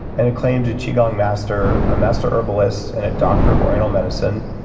and acclaimed qigong master, a master herbalist, and a doctor of oriental medicine,